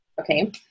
Okay